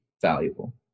valuable